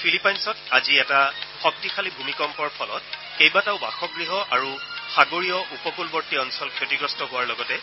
ফিলিপাইন্সত আজি এটা শক্তিশালী ভূমিকম্পৰ ফলত কেইবাটাও বাসগৃহ আৰু সাগৰীয় উপকূলৱৰ্তী অঞ্চল ক্ষতিগ্ৰস্ত হোৱাৰ লগতে